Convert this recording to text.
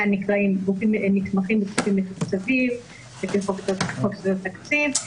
הנקראים גופים נתמכים וגופים מתוקצבים בחוק יסודות התקציב.